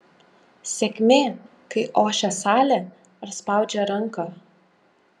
sėkmė kai ošia salė ar spaudžia ranką